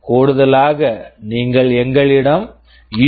கூடுதலாக நீங்கள் எங்களிடம் யூ